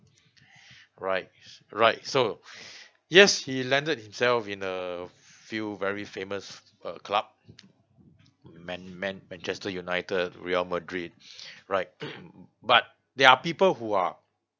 right right so yes he landed himself in a few very famous uh club man~ man~ manchester united real madrid right but there are people who are